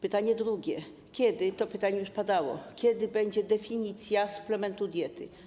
Pytanie drugie: Kiedy - to pytanie już padało - będzie definicja suplementu diety?